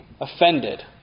offended